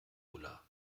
ulla